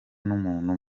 n’umuntu